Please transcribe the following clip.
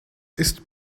ist